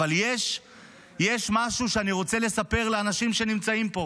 אבל יש משהו שאני רוצה לספר לאנשים שנמצאים פה.